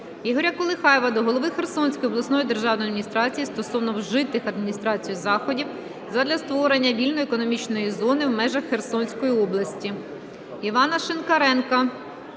Ігоря Колихаємова до голови Херсонської обласної державної адміністрації стосовно вжитих адміністрацією заходів задля створення вільної економічної зони в межах Херсонської області. Івана Шинкаренка